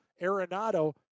Arenado